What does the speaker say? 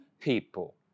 people